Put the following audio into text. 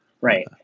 right